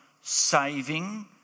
saving